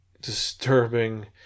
disturbing